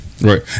Right